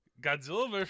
Godzilla